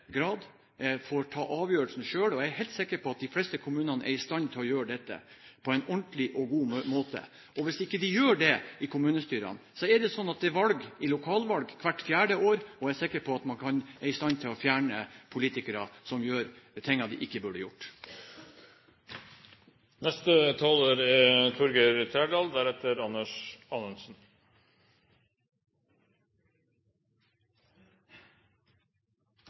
får ta avgjørelsen selv. Jeg er helt sikker på at de fleste kommunene er i stand til å gjøre dette på en ordentlig og god måte. Hvis ikke de gjør det i kommunestyrene, så er det sånn at det er lokalvalg hvert fjerde år, og jeg er sikker på at man er i stand til å fjerne politikere som gjør ting som de ikke burde gjort. En liten kommentar til representanten Willy Pedersen: Han er